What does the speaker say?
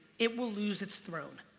it will lose its throne.